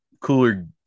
cooler